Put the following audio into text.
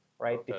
Right